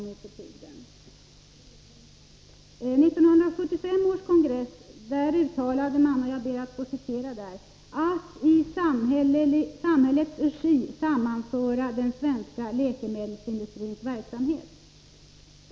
1975 års socialdemokratiska kongress gjorde ett uttalande om att ”i samhällets regi sammanföra den svenska läkemedelsindustrins verksamhet”.